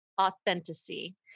authenticity